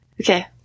Okay